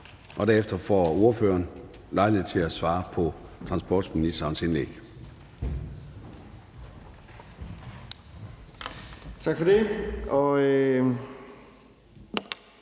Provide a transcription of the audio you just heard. og derfor får ordføreren lejlighed til at svare på transportministerens indlæg.